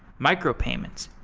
micropayments,